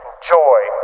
joy